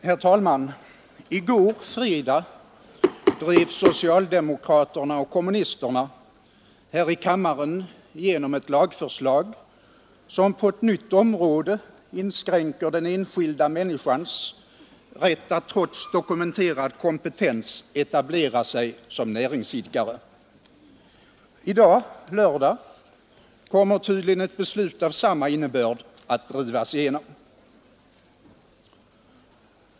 Herr talman! I går, fredag, drev socialdemokraterna och kommunisterna här i kammaren igenom ett lagförslag, som på ett nytt område inskränker den enskilda människans rätt att — trots dokumenterad kompetens — etablera sig som näringsidkare. I dag, lördag, kommer tydligen ett beslut av liknande innebörd att drivas igenom.